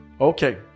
Okay